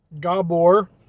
Gabor